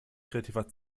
kreativer